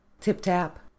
Tip-tap